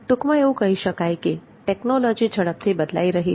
ટૂંકમાં એવું કહી શકાય કે ટેકનોલોજી ઝડપથી બદલાઈ રહી છે